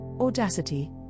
Audacity